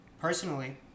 Personally